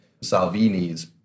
Salvini's